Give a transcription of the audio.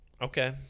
Okay